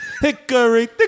Hickory